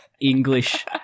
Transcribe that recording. english